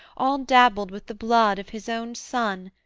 all dabbled with the blood of his own son,